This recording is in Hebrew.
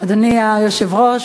אדוני היושב-ראש,